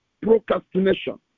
procrastination